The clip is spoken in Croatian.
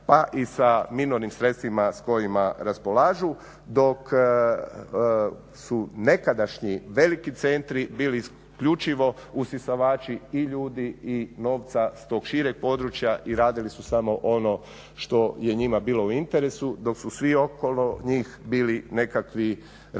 pa i sa minornim sredstvima s kojima raspolažu. Dok su nekadašnji veliki centri bili isključivo usisavači i ljudi i novca s tog šireg područja i radili su samo ono što je njima bilo u interesu dok su svi okolo njih bili nekakvi repovi